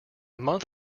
month